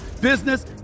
business